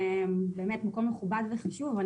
זה מקום מכובד וחשוב,